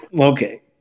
Okay